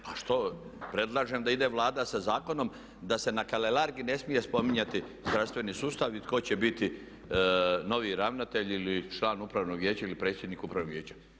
Pa što, predlažem da ide Vlada sa zakonom da se na Kalelargi ne smije spominjati zdravstveni sustav i tko će biti novi ravnatelj ili član upravnog vijeća ili predsjednik upravnog vijeća.